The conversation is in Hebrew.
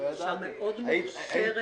מוכשרת